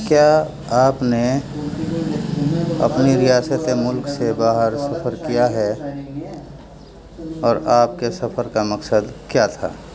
کیا آپ نے اپنی ریاست ملک سے باہر سفر کیا ہے اور آپ کے سفر کا مقصد کیا تھا